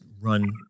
run